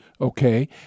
okay